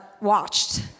watched